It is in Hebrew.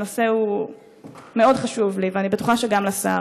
הנושא מאוד חשוב לי, ואני בטוחה שגם לשר.